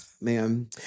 man